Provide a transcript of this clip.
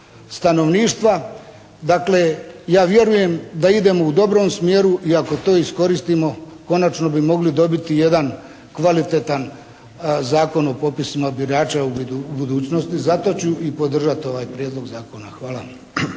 stanovništva. Dakle, ja vjerujem da idemo u dobrom smjeru i ako to iskoristimo konačno bi mogli dobiti jedan kvalitetan Zakon o popisima birača u budućnosti. Zato ću i podržati ovaj prijedlog zakona. Hvala.